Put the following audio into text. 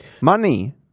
Money